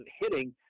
hitting